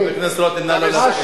חבר הכנסת רותם, נא לא להפריע.